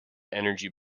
energy